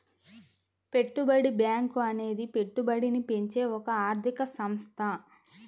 పెట్టుబడి బ్యాంకు అనేది పెట్టుబడిని పెంచే ఒక ఆర్థిక సంస్థ